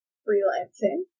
freelancing